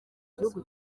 igihugu